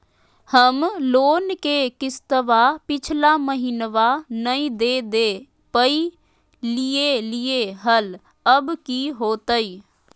हम लोन के किस्तवा पिछला महिनवा नई दे दे पई लिए लिए हल, अब की होतई?